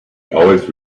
always